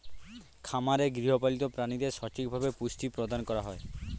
খামারে গৃহপালিত প্রাণীদের সঠিকভাবে পুষ্টি প্রদান করা হয়